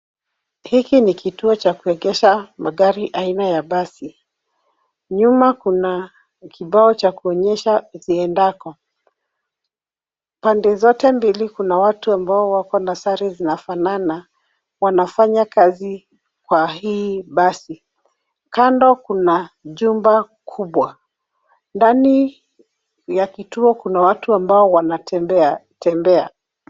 Hiki ni kituo cha kuegesha magari aina ya basi, nyuma kuna kibao cha kuonyesha ziendako, pande zote mbili kuna watu ambao wakona sare ambazo zinafanana wanafanya kazi kwa hii basi, kando kuna jumba kubwa, ndani ya kituo kuna watu ambao wanatembeatembea.